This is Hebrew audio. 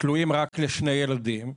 תלויים רק לשני ילדים,